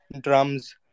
drums